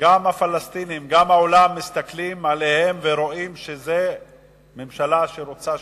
גם הפלסטינים וגם העולם מסתכלים עליהם ורואים שזאת ממשלה שרוצה שלום?